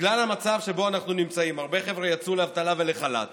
בגלל המצב שבו אנחנו נמצאים הרבה חבר'ה יצאו לאבטלה ולחל"ת